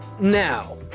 now